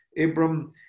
Abram